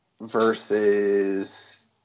versus